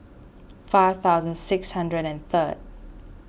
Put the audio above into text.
five thousand six hundred and third